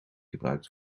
gebruikt